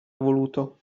evoluto